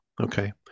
Okay